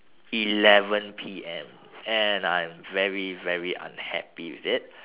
eleven P_M and I'm very very unhappy with it